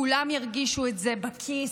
כולם ירגישו את זה בכיס.